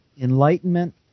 Enlightenment